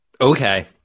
Okay